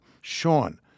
Sean